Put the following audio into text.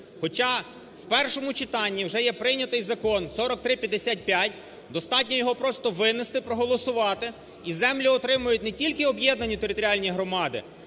Хоча в першому читанні вже є прийнятий Закон 4355, достатньо його просто винести, проголосувати і землю отримають не тільки об'єднані територіальні громади,